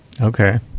Okay